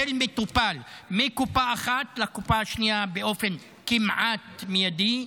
של מטופל מקופה אחת לקופה שנייה באופן כמעט מיידי.